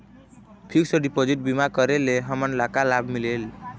Fix deposit बीमा करे ले हमनला का लाभ मिलेल?